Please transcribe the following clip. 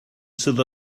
sydd